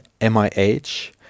MIH